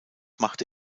machte